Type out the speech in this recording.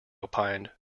opined